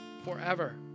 forever